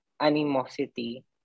animosity